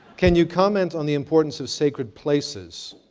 can you comment on the importance of sacred places,